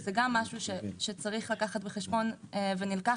זה גם משהו שצריך לקחת בחשבון ונלקח